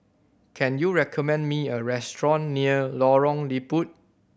can you recommend me a restaurant near Lorong Liput